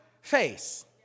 face